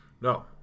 No